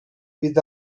with